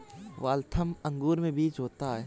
Waltham अंगूर में बीज होता है